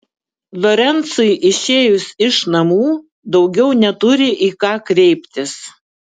lorencui išėjus iš namų daugiau neturi į ką kreiptis